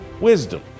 wisdom